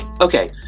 Okay